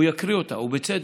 והוא יקריא אותה, ובצדק.